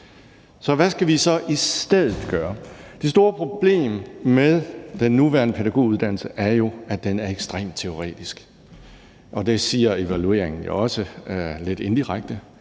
Så hvad skal vi så i stedet gøre? Det store problem med den nuværende pædagoguddannelse er, at den er ekstremt teoretisk, og det siger evalueringen jo også lidt indirekte,